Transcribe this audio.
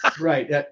right